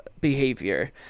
behavior